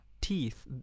teeth